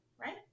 right